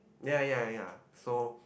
ya ya ya so